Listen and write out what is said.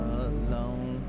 alone